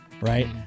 right